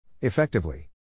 Effectively